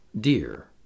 dear